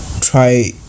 try